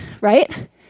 right